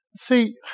See